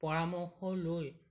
পৰামৰ্শ লৈ